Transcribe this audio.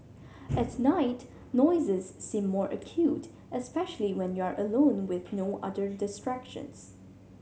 at night noises seem more acute especially when you are alone with no other distractions